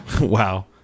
Wow